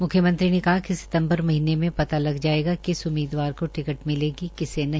म्ख्यमंत्री ने कहा कि सितम्बर महीनें मे पता लगा जायेगा किस उम्मीदवार को टिक्ट मिलेगी किसे नहीं